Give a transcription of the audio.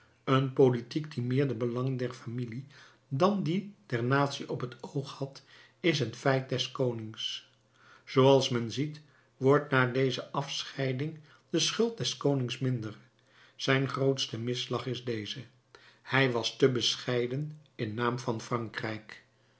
een politiek die meer de belangen der familie dan die der natie op t oog had is een feit des konings zooals men ziet wordt na deze afscheiding de schuld des konings minder zijn grootste misslag is deze hij was te bescheiden in naam van frankrijk